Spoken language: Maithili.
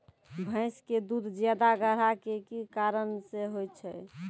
भैंस के दूध ज्यादा गाढ़ा के कि कारण से होय छै?